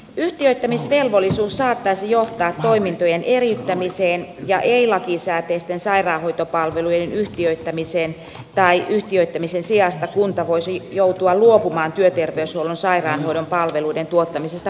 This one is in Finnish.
yhtiöittämisvelvollisuus saattaisi johtaa toimintojen eriyttämiseen ja ei lakisääteisten sairaanhoitopalveluiden yhtiöittämiseen tai yhtiöittämisen sijasta kunta voisi joutua luopumaan työterveyshuollon sairaanhoidon palveluiden tuottamisesta kokonaan